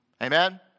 Amen